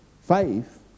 faith